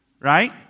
right